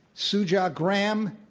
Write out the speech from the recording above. so ja graham,